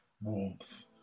warmth